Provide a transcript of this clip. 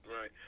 right